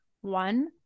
one